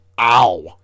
Ow